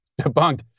Debunked